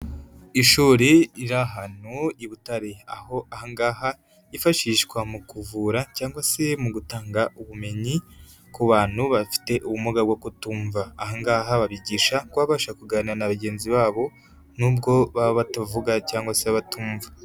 Ishuri riri ahantu i Butare, aho aha ngaha ryifashishwa mu kuvura cyangwa se mu gutanga ubumenyi ku bantu bafite ubumuga bwo kutumva, aha ngaha babigisha kuba babasha kuganira na bagenzi babo n'ubwo baba batavuga cyangwa se batumva.